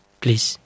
please